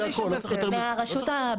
לא צריך יותר מזה.